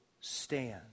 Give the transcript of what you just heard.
stand